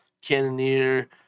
Cannoneer